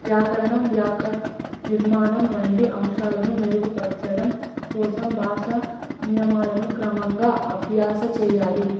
వ్యాకరణం నిర్మాణం వంటి అంశాలను మెరుగుపరచడం కోసం భాష నియమాలను క్రమంగా అభ్యాసం చెయ్యాలి